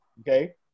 okay